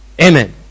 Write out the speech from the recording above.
Amen